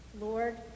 Lord